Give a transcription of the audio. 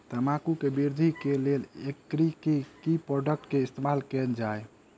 तम्बाकू केँ वृद्धि केँ लेल एग्री केँ के प्रोडक्ट केँ इस्तेमाल कैल जाय?